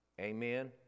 amen